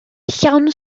llawn